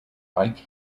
like